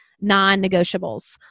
non-negotiables